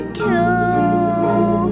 two